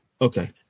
Okay